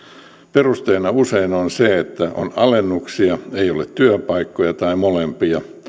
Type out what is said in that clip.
perusteena usein on se että on alennuksia ei ole työpaikkoja tai molempia